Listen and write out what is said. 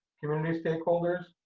community stakeholders,